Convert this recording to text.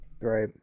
Right